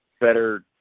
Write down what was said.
better